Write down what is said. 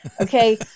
Okay